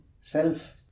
self